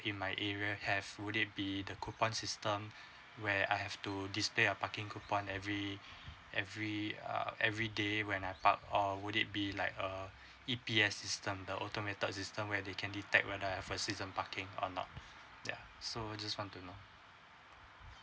in my area have would it be the coupon system where I have to this day a parking coupon every every uh everyday when I park uh would it be like uh E_P_S system the automated system where they can detect whether I have a season parking or not ya so just want to know